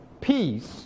peace